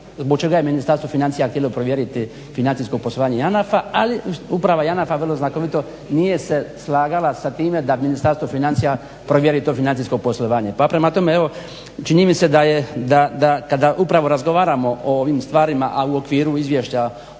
zbog čega je Ministarstvo financija htjelo provjeriti financijsko poslovanje JANAF-a, ali uprava JANAF-a vrlo znakovito nije se slagala sa time da Ministarstvo financija provjeri to financijsko poslovanje. Pa prema tome evo čini mi se da kada upravo razgovaramo o ovim stvarima, a u okviru izvješća